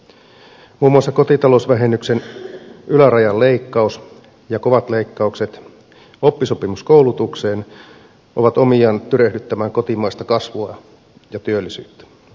muun muassa kotitalousvähennyksen ylärajan leikkaus ja kovat leikkaukset oppisopimuskoulutukseen ovat omiaan tyrehdyttämään kotimaista kasvua ja työllisyyttä